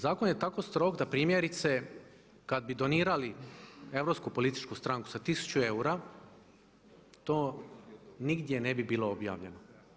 Zakon je tako strog da primjerice kad bi donirali Europsku političku stranku sa 1000 eura to nigdje ne bi bilo objavljeno.